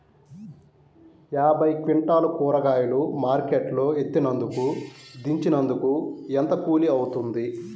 యాభై క్వింటాలు కూరగాయలు మార్కెట్ లో ఎత్తినందుకు, దించినందుకు ఏంత కూలి అవుతుంది?